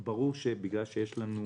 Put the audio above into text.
ברור שמכיוון שיש לנו